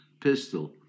pistol